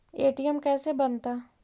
ATM कैसे बनता?